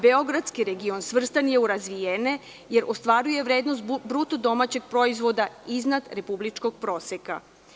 Beogradski region svrstan je u razvijene, jer ostvaruje vrednost bruto domaćeg proizvoda iznad republičkog proseka.